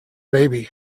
baby